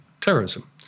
terrorism